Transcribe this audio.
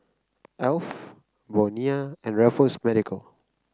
Alf Bonia and Raffles Medical